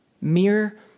Mere